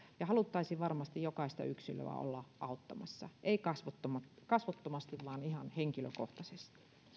ja haluttaisiin varmasti jokaista yksilöä olla auttamassa ei kasvottomasti kasvottomasti vaan ihan henkilökohtaisesti